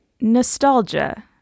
nostalgia